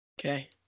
okay